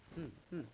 um um